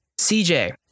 CJ